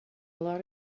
lot